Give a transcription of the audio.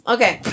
Okay